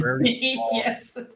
Yes